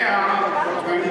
נחמן, ואני תמה, ואני תמה